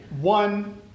One